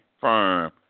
firm